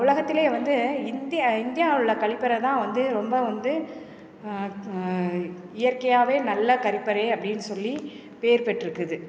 உலகத்திலேயே வந்து இந்தியா இந்தியாவில் கழிப்பற தான் வந்து ரொம்ப வந்து இயற்கையாகவே நல்ல கழிப்பறை அப்படின் சொல்லி பேர் பெற்றுருக்குது